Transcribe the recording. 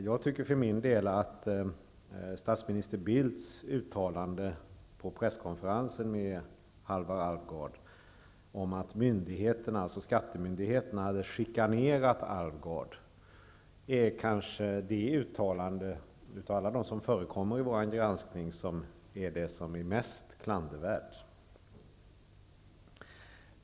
Jag tycker för min del att statsminister Bildts uttalande på presskonferensen med Halvar Alvgard, om att skattemyndigheterna hade chikanerat Alvgard, kanske är det uttalande, av alla dem som förekommer i vår granskning, som är mest klandervärt.